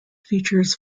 features